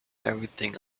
everything